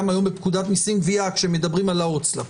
היום בפקודת מסים (גבייה) כאשר מדברים על ההוצאה לפועל.